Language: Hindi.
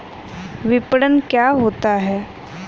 विपणन क्या होता है?